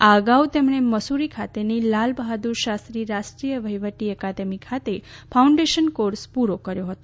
આ અગાઉ તેમણે મસૂરી ખાતેની લાલ બહાદુર શાસ્ત્રી રાષ્ટ્રીય વહિવટી અકાદમી ખાતે ફાઉન્ડેશન કોર્સ પુરો કર્યો હતો